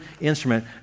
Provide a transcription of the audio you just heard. instrument